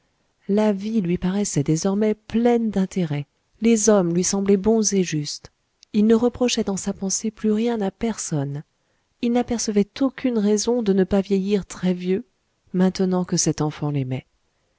la vie lui paraissait désormais pleine d'intérêt les hommes lui semblaient bons et justes il ne reprochait dans sa pensée plus rien à personne il n'apercevait aucune raison de ne pas vieillir très vieux maintenant que cette enfant l'aimait